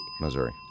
Missouri